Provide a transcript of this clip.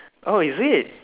oh is it